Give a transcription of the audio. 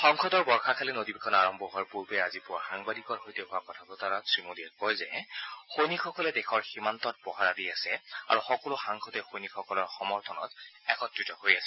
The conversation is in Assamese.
সংসদৰ বৰ্ষাকালীন অধিৱেশন আৰম্ভ হোৱাৰ পূৰ্বে আজি পুৱা সাংবাদিকৰ সৈতে হোৱা কথা বতৰাত শ্ৰীমোদীয়ে কয় যে দেশৰ সৈনিকসকলে দেশৰ সীমান্তত পহৰা দি আছে আৰু সকলো সাংসদে সৈনিকসকলৰ সমৰ্থনত একত্ৰিত হৈ আছে